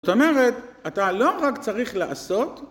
זאת אומרת, אתה לא רק צריך לעשות,